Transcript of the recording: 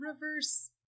reverse